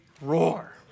roar